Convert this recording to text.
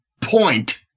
point